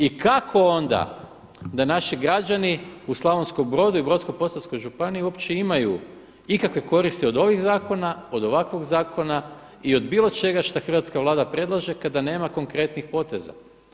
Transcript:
I kako onda da naši građani u Slavonskom Brodu i Brodsko-posavskoj županiji uopće imaju ikakve koristi od ovih zakona, od ovakvog zakona i od bilo čega šta hrvatska Vlada predlaže kada nema konkretnih poteza.